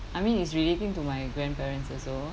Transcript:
I mean it's relating to my grandparents also